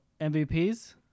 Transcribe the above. MVPs